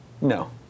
No